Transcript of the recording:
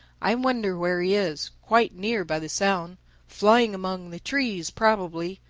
i wonder where he is quite near, by the sound flying among the trees probably.